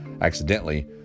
accidentally